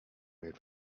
made